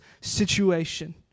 situation